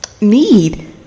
Need